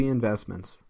Investments